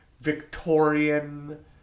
Victorian